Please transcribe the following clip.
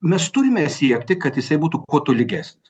mes turime siekti kad jisai būtų kuo tolygesnis